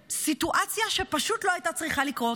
סיטואציה שפשוט לא הייתה צריכה לקרות.